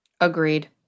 Agreed